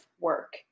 work